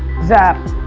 zap,